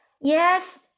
Yes